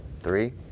three